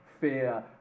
fear